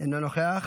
אינו נוכח.